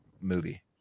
movie